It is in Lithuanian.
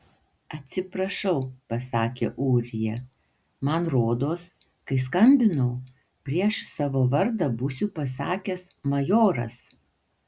atsiprašau pasakė ūrija man rodos kai skambinau prieš savo vardą būsiu pasakęs majoras